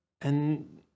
and-